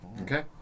Okay